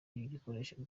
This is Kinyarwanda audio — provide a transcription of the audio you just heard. ikoreshwa